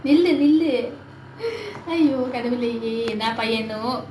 நில்லு நில்லு:nillu nillu !aiyo! கடவுளே என்ன பையனோ:kadavulae enna paiyano